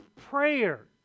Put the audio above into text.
prayer